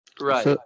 Right